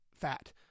fat